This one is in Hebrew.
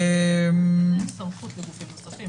אין להם סמכות לגופים נוספים.